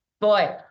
boy